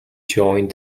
joined